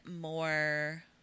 more